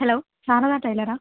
hello Sarada டைலரா